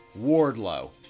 Wardlow